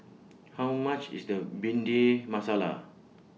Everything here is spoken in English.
How much IS The Bhindi Masala